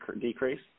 decrease